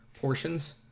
portions